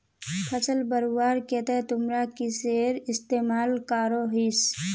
फसल बढ़वार केते तुमरा किसेर इस्तेमाल करोहिस?